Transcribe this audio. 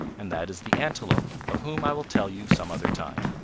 and that is the antelope of whom i will tell you some other time.